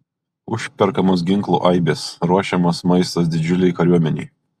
užperkamos ginklų aibės ruošiamas maistas didžiulei kariuomenei